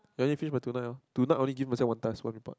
no need finish by tonight orh tonight only give myself one task one report